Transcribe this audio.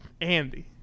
Andy